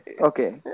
okay